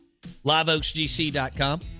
LiveOaksGC.com